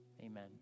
Amen